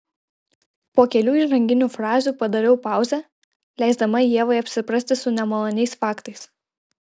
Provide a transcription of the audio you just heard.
po kelių įžanginių frazių padariau pauzę leisdama ievai apsiprasti su nemaloniais faktais